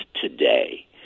today